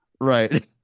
Right